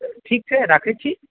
ठीक छै राखै छी